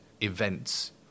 events